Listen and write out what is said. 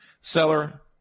Seller